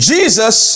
Jesus